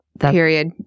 Period